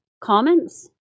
comments